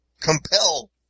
compel